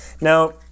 Now